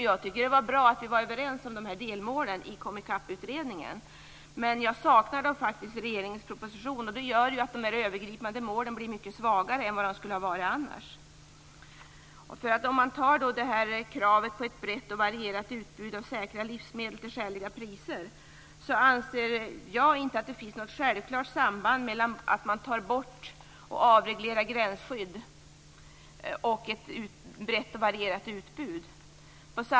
Jag tycker att det var bra att vi var överens om dessa delmål i KomiCAP-utredningen. Men jag saknar dem faktiskt i regeringens proposition. Det gör att dessa övergripande mål blir mycket svagare än vad de annars skulle ha varit. Beträffande kravet på ett brett och varierat utbud av säkra livsmedel till skäliga priser, anser jag inte att det finns något självklart samband mellan att man tar bort och avreglerar gränsskyddet och ett brett och varierat utbud.